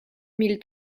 mille